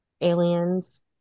aliens